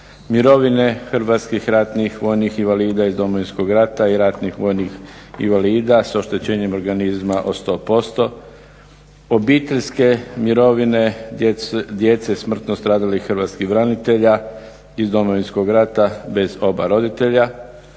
mirovine HRVI-ja iz Domovinskog rata i ratnih vojnih invalida s oštećenjem organizma od 100%, obiteljske mirovine djece smrtno stradalih hrvatskih branitelja iz Domovinskog rata bez oba roditelja